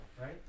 right